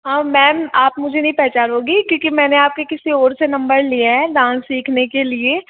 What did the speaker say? हाँ मेम आप मुझे नहीं पहचानोगी क्योंकि मैंने आप के किसी और से नंबर लिए है डांस सीखने के लिए